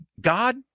God